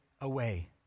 away